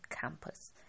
campus